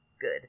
Good